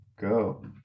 go